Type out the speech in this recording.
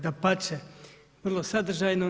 Dapače, vrlo sadržajno.